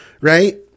right